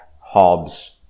Hobbes